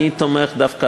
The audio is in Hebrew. אני תומך דווקא,